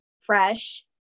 fresh